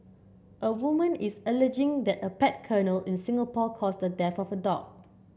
a woman is alleging that a pet kennel in Singapore caused the death of her dog